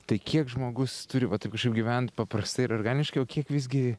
tai kiek žmogus turi va taip kažkaip gyvent paprastai ir organiškai o kiek visgi